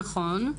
נכון.